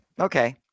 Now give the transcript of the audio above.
Okay